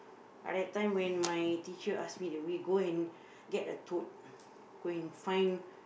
ah that time when my teacher ask me did we go and get a toad go and find